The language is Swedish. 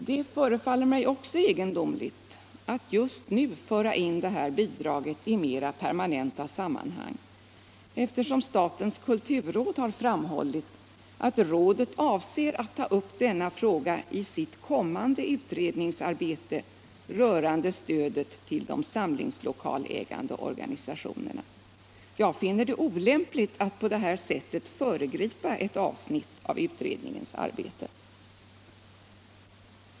Det förefaller mig också egendomligt att just nu föra in det här bidraget i mera permanenta sammanhang, eftersom statens kulturråd har framhållit att rådet avser att ta upp denna fråga i sitt kommande utredningsarbete rörande stödet till de samlingslokalägande organisationerna. Jag finner det olämpligt att på det här sättet föregripa ett avsnitt av utredningens arbete.